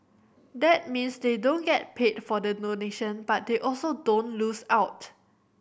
that means they don't get paid for the donation but they also don't lose out